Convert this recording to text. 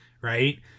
right